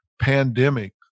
pandemic